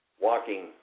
Walking